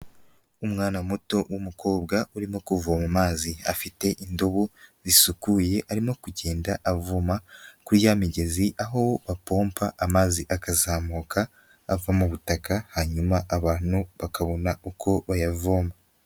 Umwana muto wumukobwa urimo kuvoma amazi afite indobo zisukuye arimo kugenda avoma kuri ya migezi aho bapompa amazi akazamuka ava mu butaka hanyuma abantu bakabona uko bayavoma.